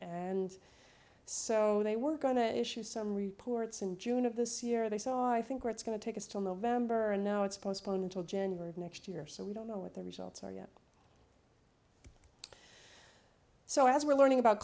and so they were going to issue some reports in june of this year they saw i think what's going to take us till november and now it's postponed until january of next year so we don't know what the results are yet so as we're learning about